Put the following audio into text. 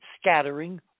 scattering